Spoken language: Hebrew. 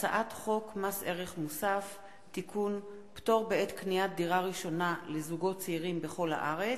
הצעת חוק לתיקון פקודת התעבורה (איסור שליחת דואר אלקטרוני בנהיגה),